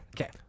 Okay